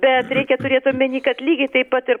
bet reikia turėt omeny kad lygiai taip pat ir